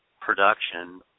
production